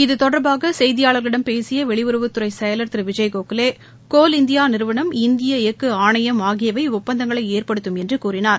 இது தொடர்பாக செய்தியாளர்களிடம் பேசிய வெளியுறவுத்துன்ற செயலர் திரு விஜய் கோகலே கோல் இந்தியா நிறுவனம் இந்திய எஃகு ஆணையம் ஆகியவை ஒப்பந்தங்களை ஏற்படுத்தும் என்று கூறினார்